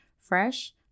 fresh